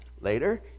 Later